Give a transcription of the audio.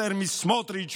יותר מסמוטריץ',